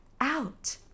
out